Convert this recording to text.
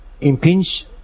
impinge